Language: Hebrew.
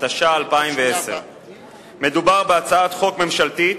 התש"ע 2010. מדובר בהצעת חוק ממשלתית,